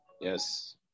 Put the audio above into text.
Yes